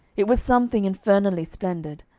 it was something infernally splendid.